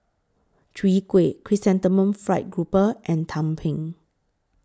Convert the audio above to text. Chwee Kueh Chrysanthemum Fried Grouper and Tumpeng